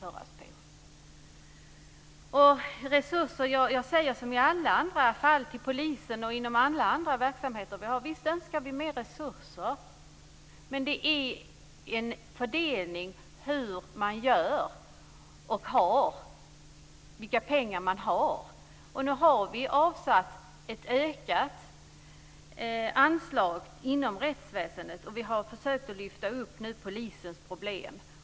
Jag säger som jag gör i alla andra fall, t.ex. när det gäller polisen: Visst önskar vi mer resurser. Men man gör en fördelning av de pengar man har. Nu har vi avsatt ett större anslag inom rättsväsendet. Vi har försökt att lyfta fram polisens problem.